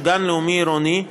של גן לאומי עירוני,